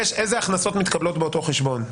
יש איזה הכנסות מתקבלות באותו חשבון.